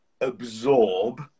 absorb